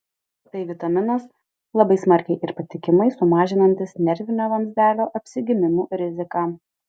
tai vitaminas labai smarkiai ir patikimai sumažinantis nervinio vamzdelio apsigimimų riziką